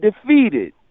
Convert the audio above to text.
defeated